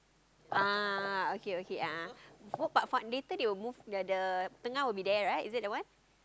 ah okay okay a'ah but but later they will move the the Tengah will be there right is that the one